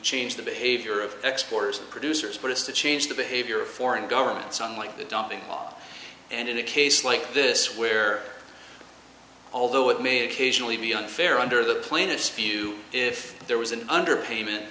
change the behavior of exporters producers but it's to change the behavior of foreign governments unlike the dumping law and in a case like this where although it may occasionally be unfair under the plaintiff's view if there was an underpayment